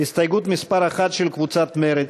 הסתייגות מס' 1 של קבוצת מרצ.